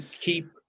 keep